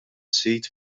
sit